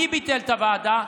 מי ביטל את הוועדה?